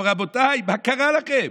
אבל רבותיי, מה קרה לכם?